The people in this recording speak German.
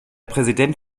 präsident